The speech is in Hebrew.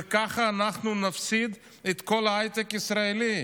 וככה אנחנו נפסיד את כל ההייטק הישראלי.